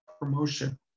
promotion